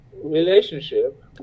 relationship